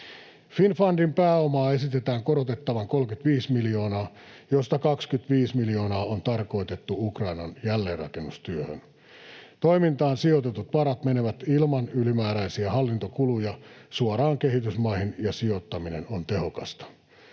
Finnfundin pääomaa esitetään korotettavan 35 miljoonaa, josta 25 miljoonaa on tarkoitettu Ukrainan jälleenrakennustyöhön. Toimintaan sijoitetut varat menevät ilman ylimääräisiä hallintokuluja suoraan kehitysmaihin, ja sijoittaminen on tehokasta.